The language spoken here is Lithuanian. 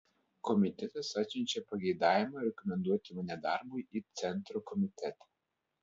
komitetas atsiunčia pageidavimą rekomenduoti mane darbui į centro komitetą